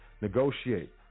Negotiate